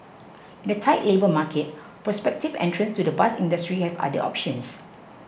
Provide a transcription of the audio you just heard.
in a tight labour market prospective entrants to the bus industry have other options